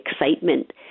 excitement